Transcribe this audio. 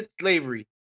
slavery